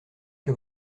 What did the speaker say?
que